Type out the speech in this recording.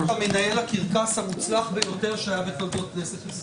אין ספק שאתה מנהל הקרקס המוצלח ביותר שהיה בתולדות כנסת ישראל.